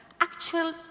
actual